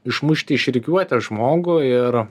išmušti iš rikiuotės žmogų ir